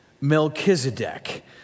Melchizedek